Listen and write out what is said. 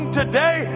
today